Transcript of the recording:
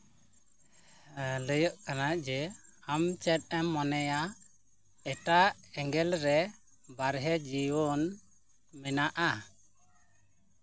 ᱞᱟᱹᱭᱚᱜ ᱠᱟᱱᱟ ᱡᱮ ᱟᱢ ᱪᱮᱫ ᱮᱢ ᱢᱚᱱᱮᱭᱟ ᱮᱴᱟᱜ ᱮᱸᱜᱮᱞ ᱨᱮ ᱵᱟᱨᱦᱮ ᱡᱤᱭᱚᱱ ᱢᱮᱱᱟᱜᱼᱟ